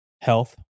health